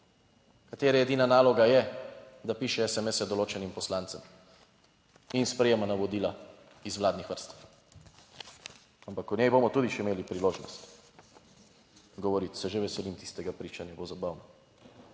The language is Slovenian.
katere edina naloga je, da piše SMS določenim poslancem in sprejema navodila iz vladnih vrst. Ampak, o njej bomo tudi še imeli priložnost govoriti, se že veselim tistega pričanja, bo zabavno.